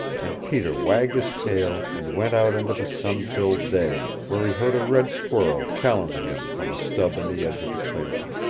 and peter wagged his tail and went out into the sun-filled day, where he heard a red squirrel challenging him from a stub in the edge of the clearing.